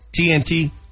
TNT